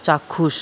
চাক্ষুষ